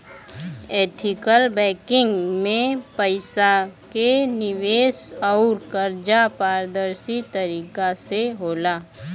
ethical banking में पईसा के निवेश अउर कर्जा पारदर्शी तरीका से होला